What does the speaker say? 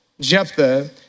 Jephthah